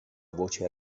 voce